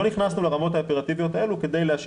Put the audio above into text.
לא נכנסנו לרמות האופרטיביות האלה כדי להשאיר